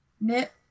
knit